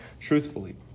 truthfully